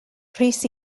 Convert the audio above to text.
rhys